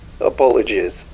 Apologies